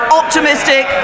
optimistic